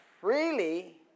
Freely